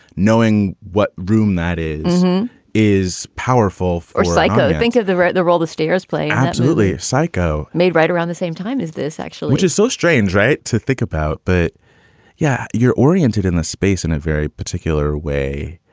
knowing what room that is is powerful or psycho. you think of the right, the roll the stairs play. absolutely. psycho made right around the same time as this actual which is so strange right to think about but yeah, you're oriented in the space in a very particular way.